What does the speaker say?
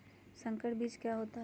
संकर बीज क्या होता है?